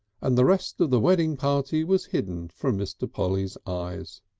and the rest of the wedding party was hidden from mr. polly's eyes.